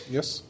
Yes